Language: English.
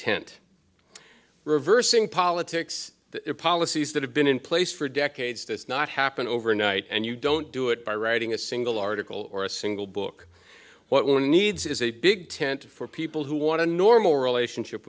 tent reversing politics the policies that have been in place for decades that's not happen overnight and you don't do it by writing a single article or a single book what one needs is a big tent for people who want to normal relationship